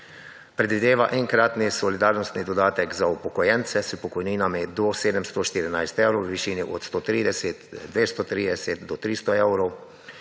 Predvideva enkratni solidarnostni dodatek za upokojence s pokojninami do 714 evrov v višini od 130, 230 do 300 evrov.